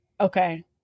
Okay